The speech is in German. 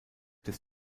des